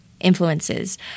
influences